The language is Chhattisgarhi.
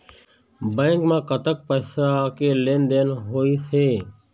बैंक म कतक पैसा के लेन देन होइस हे?